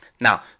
Now